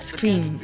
Scream